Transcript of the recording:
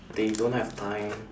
they don't have time